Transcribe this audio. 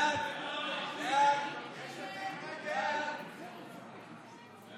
ההצעה להעביר את הצעת חוק האזרחות